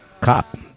cop